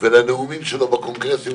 ולנאומים שלו בקונגרסים,